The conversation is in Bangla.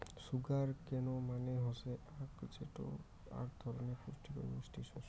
সুগার কেন্ মানে হসে আখ যেটো আক ধরণের পুষ্টিকর মিষ্টি শস্য